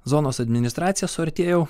zonos administracija suartėjau